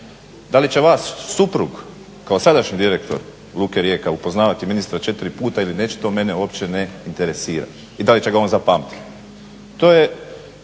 Da li će vaš suprug kao sadašnji direktor luke Rijeka upoznavati ministra četiri puta ili neće to mene uopće ne interesira i da li će ga on zapamtiti. To je